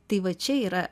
tai va čia yra